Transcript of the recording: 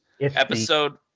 Episode